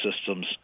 systems